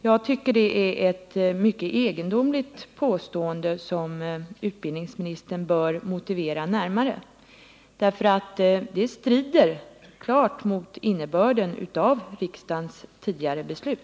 Jag tycker det är ett mycket egendomligt påstående, som utbildningsministern bör motivera närmare, eftersom det strider klart mot innebörden av riksdagens tidigare beslut.